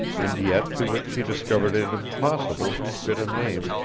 and yet to which she discovered it impossible to fit a name,